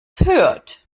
hört